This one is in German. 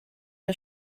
der